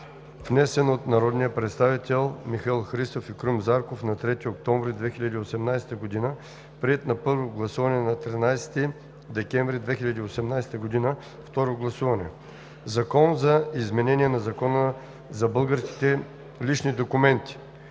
внесен от народните представители Михаил Христов и Крум Зарков на 3 октомври 2018 г., приет на първо гласуване на 13 декември 2018 г. – второ гласуване. „Закон за изменение на Закона за българските лични документи“.